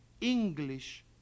English